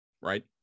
right